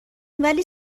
ولی